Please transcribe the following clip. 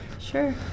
Sure